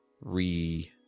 re